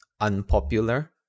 unpopular